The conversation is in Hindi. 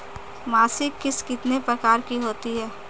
मासिक किश्त कितने प्रकार की होती है?